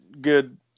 good